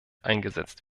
eingesetzt